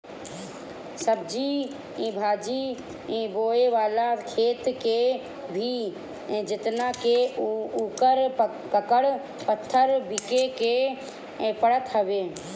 सब्जी भाजी बोए वाला खेत के भी जोतवा के उकर कंकड़ पत्थर बिने के पड़त हवे